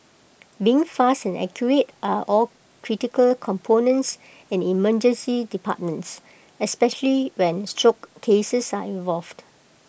being fast and accurate are all critical components in emergency departments especially when stroke cases are involved